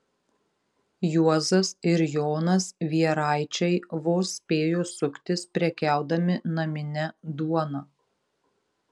juozas ir jonas vieraičiai vos spėjo suktis prekiaudami namine duona